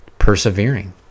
Persevering